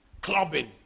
Clubbing